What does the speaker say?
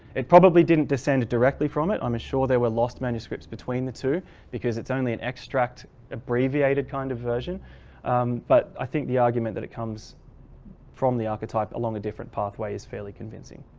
it probably didn't descend directly from it. i'm sure they were lost manuscripts between the two because it's only an extract abbreviated kind of version but i think the argument that it comes from the archetype along a different pathway is fairly convincing.